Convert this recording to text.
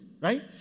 right